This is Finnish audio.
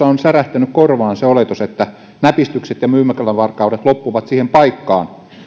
on särähtänyt korvaan se oletus että näpistykset ja myymälävarkaudet loppuvat siihen paikkaan